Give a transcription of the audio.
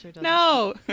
No